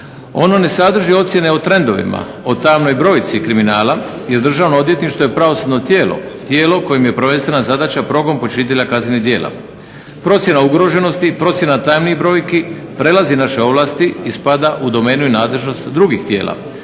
Ono ne sadrži ocjene o trendovima, o tamnoj brojci kriminala, jer Državno odvjetništvo je pravosudno tijelo, tijelo kojem je prvenstvena zadaća progon počinitelja kaznenih djela. Procjena ugroženosti, procjena tamnih brojki, prelazi naše ovlasti, i spada u domenu i nadležnost drugih tijela.